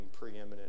preeminent